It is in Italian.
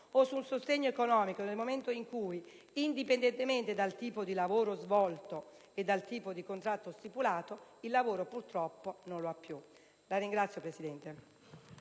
o sul sostegno economico nel momento in cui, indipendentemente dal tipo di lavoro svolto e dal tipo di contratto stipulato, il lavoro purtroppo non lo ha più. *(Applausi